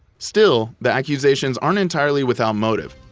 still, the accusations aren't entirely without motive,